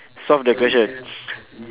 solve the question